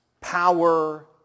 power